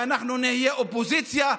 ואנחנו נהיה אופוזיציה,